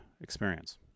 experience